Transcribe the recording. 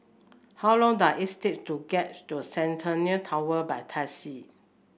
how long does it take to get to Centennial Tower by taxi